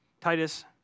Titus